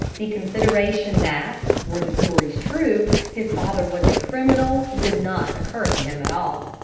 the consideration that, were the stories true, his father was a criminal did not occur to him at all.